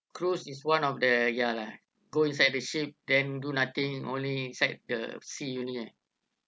cruise is one of the ya lah go inside the ship then do nothing only sight the sea only lah